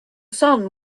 son